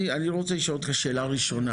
אני רוצה לשאול אותך שאלה ראשונה,